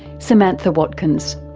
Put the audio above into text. samantha watkins.